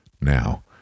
now